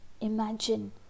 imagine